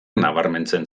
nabarmentzen